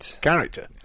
character